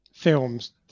Films